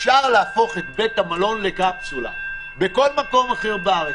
אפשר להפוך את בית המלון בקפסולה בכל מקום אחר בארץ.